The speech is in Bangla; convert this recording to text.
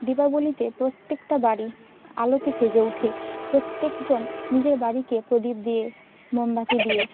দীপাবলিতে প্রত্যেকটা বাড়ি আলোতে সেজে ওঠে প্রত্যেকজন নিজের বাড়িকে প্রদীপ দিয়ে মোমবাতি দিয়ে